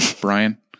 Brian